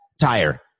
tire